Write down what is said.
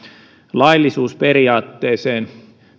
laillisuusperiaatteeseen